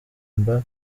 mba